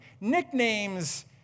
Nicknames